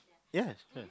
yes